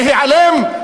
להיעלם?